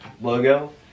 logo